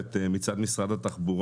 על האש אתם אוהבים אותנו.